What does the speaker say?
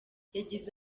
yagize